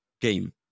game